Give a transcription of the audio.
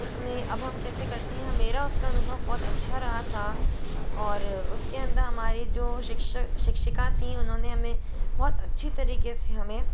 उसमें अब हम कैसे करते हैं मेरा उसका अनुभव बहुत अच्छा रहा था और उसके अंदर हमारी जो शिक्षक शिक्षिका थीं उन्होंने हमें बहुत अच्छी तरीके से हमें